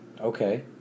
Okay